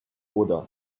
buddha